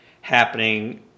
happening